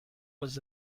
was